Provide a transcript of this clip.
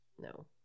no